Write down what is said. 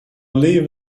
leave